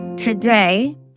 Today